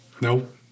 Nope